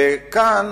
וכאן